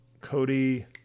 Cody